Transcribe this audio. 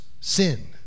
sin